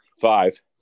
Five